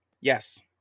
Yes